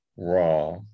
Raw